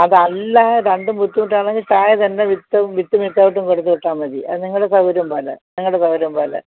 അതല്ല രണ്ടും ബുദ്ധിമുട്ടാണെങ്കില് ചായ തന്നെ വിത്തും വിത്തൗട്ടും കൊടുത്തു വിട്ടാല് മതി അത് നിങ്ങളുടെ സൗകര്യം പോലെ നിങ്ങളുടെ സൗകര്യം പോലെ